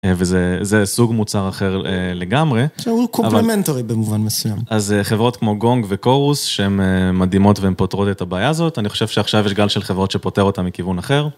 וזה סוג מוצר אחר לגמרי. הוא קומפלמנטרי במובן מסוים. אז חברות כמו גונג וקורוס, שהן מדהימות והן פותרות את הבעיה הזאת. אני חושב שעכשיו יש גל של חברות שפותר אותה מכיוון אחר.